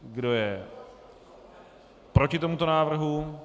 Kdo je proti tomuto návrhu?